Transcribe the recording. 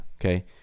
okay